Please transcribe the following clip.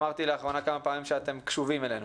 אמרתי לאחרונה כמה פעמים שאתם קשובים אלינו.